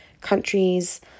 countries